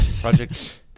Project